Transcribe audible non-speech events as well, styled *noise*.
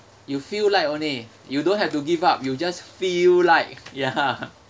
you feel like only you don't have to give up you just feel like ya *laughs*